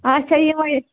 آچھا یِہوٚے